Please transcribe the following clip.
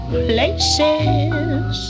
places